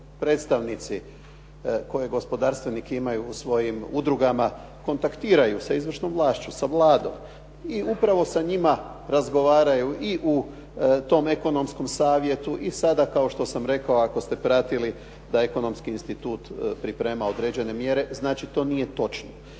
predstavnici kojeg gospodarstvenici imaju u svojim udrugama kontaktiraju sa izvršnom vlašću sa vladom. I upravo sa njima razgovaraju i u tom ekonomskom savjetu i sada kao što sam rekao ako ste pratili da Ekonomski institut priprema određene mjere, znači to nije točno.